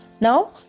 Now